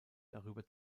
darüber